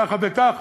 ככה וככה,